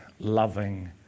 loving